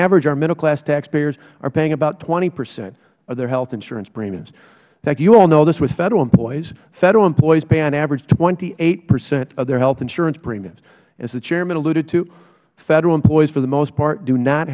average our middle class taxpayers are paying about twenty percent of their health insurance premiums in fact you all know this with federal employees federal employees pay on average twenty eight percent of their health insurance premiums as the chairman alluded to federal employees for the most part do not